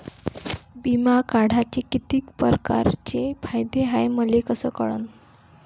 बिमा काढाचे कितीक परकारचे फायदे हाय मले कस कळन?